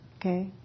okay